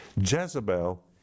Jezebel